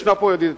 ישנה פה ידידתי,